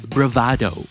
Bravado